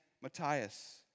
Matthias